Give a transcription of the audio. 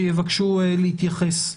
שיבקשו להתייחס.